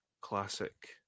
classic